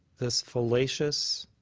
this fallacious